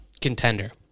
contender